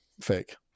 fake